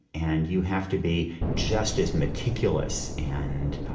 and you have to be just as meticulous and